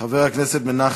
חבר הכנסת איתן כבל,